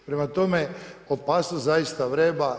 Prema tome, opasnost zaista vreba.